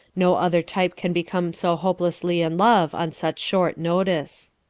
no other type can become so hopelessly in love on such short notice.